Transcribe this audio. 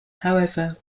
however